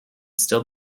still